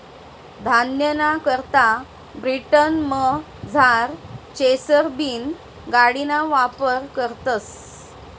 धान्यना करता ब्रिटनमझार चेसर बीन गाडिना वापर करतस